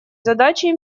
задачей